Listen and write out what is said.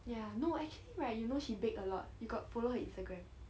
ya no actually right you know she bake a lot you got follow her Instagram